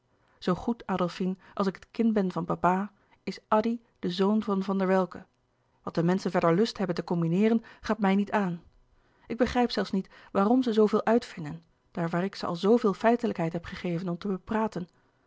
zoo goed adolfine als ik het kind ben van papa is addy de zoon van van der welcke wat de menschen verder lust hebben te combineeren gaat mij niet aan ik begrijp zelfs niet waarom ze zooveel uitvinden daar waar ik ze al zooveel feitelijkheid heb gegeven om te bepraten